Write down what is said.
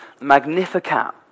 Magnificat